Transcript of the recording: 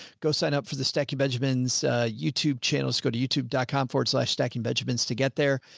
go sign up for the stacie benjamin's youtube channels. go to youtube dot com forward slash stacking benjamins to get there.